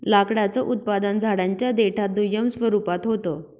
लाकडाचं उत्पादन झाडांच्या देठात दुय्यम स्वरूपात होत